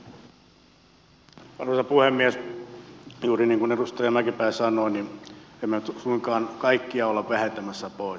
juuri niin kuin edustaja mäkipää sanoi emme suinkaan kaikkia ole vähentämässä pois